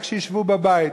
רק שישבו בבית.